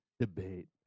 debate